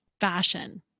fashion